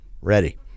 ready